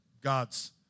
God's